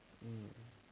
um